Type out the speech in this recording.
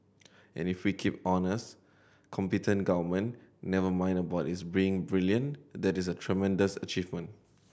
and if we keep honest competent government never mind about its being brilliant that is a tremendous achievement